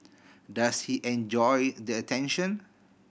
does he enjoy the attention